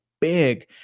big